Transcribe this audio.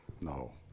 No